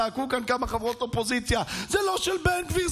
צעקו כאן כמה חברות אופוזיציה: זה לא של בן גביר,